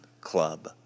club